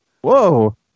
whoa